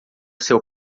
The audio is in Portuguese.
seu